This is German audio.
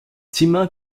zimmer